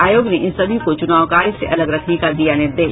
आयोग ने इन सभी को चुनाव कार्य से अलग रखने का दिया निर्देश